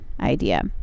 idea